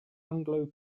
anglo